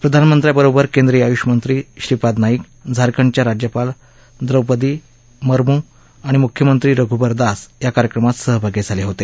प्रधानमंत्र्यांबरोबर केंद्रीय आयुष मंत्री श्रीपाद नाईक झारखंडच्या राज्यपाल द्रौपदी मुर्मू आणि मुख्यमंत्री रघूबर दास या कार्यक्रमात सहभागी झाले होते